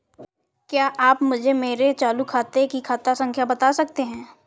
क्या आप मुझे मेरे चालू खाते की खाता संख्या बता सकते हैं?